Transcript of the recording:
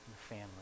family